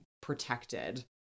protected